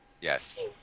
yes